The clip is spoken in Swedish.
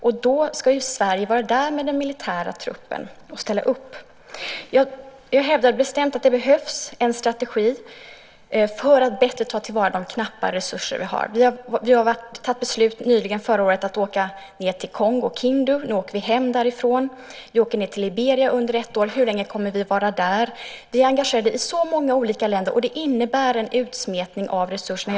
Då ska ju Sverige vara där med den militära truppen och ställa upp. Jag hävdar bestämt att det behövs en strategi för att bättre ta till vara de knappa resurser vi har. Vi fattade beslut förra året om att åka ned till Kongo-Kinshasa. Nu åker vi hem därifrån. Vi åker ned till Liberia under ett år. Hur länge kommer vi att vara där? Vi är engagerade i så många olika länder. Det innebär en utsmetning av resurserna.